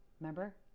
Remember